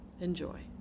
Enjoy